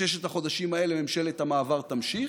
בששת החודשים האלה ממשלת המעבר תמשיך.